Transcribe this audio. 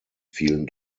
vielen